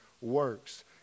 works